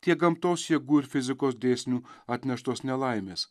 tiek gamtos jėgų ir fizikos dėsnių atneštos nelaimės